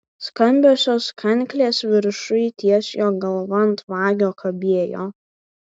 skambiosios kanklės viršuj ties jo galva ant vagio kabėjo